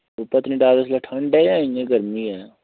पत्नीटाप इसलै ठंड ऐ जां इ'यां गर्मी ऐ